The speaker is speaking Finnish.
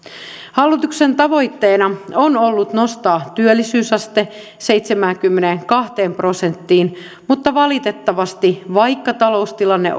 hallituksen tavoitteena on ollut nostaa työllisyysaste seitsemäänkymmeneenkahteen prosenttiin mutta valitettavasti vaikka taloustilanne